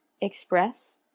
express